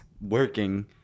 working